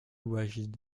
wajid